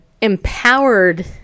empowered